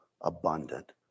abundant